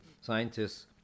scientists